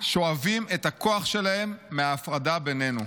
שואבים את הכוח שלהם מההפרדה בינינו.